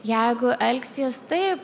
jeigu elgsies taip